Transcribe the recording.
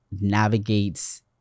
navigates